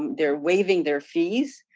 they're waving their fees.